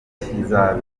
kizabera